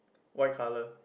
white colour